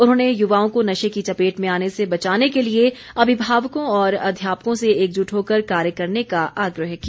उन्होंने युवाओं को नशे की चपेट में आने से बचाने के लिए अभिभावकों और अध्यापकों से एकजुट होकर कार्य करने का आग्रह किया